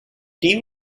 tea